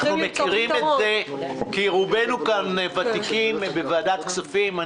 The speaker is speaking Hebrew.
אנחנו מכירים את זה כי רובנו כאן ותיקים בוועדת הכספים.